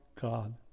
God